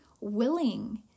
willing